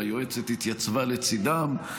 והיועצת התייצבה לצידם.